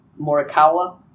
Morikawa